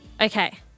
Okay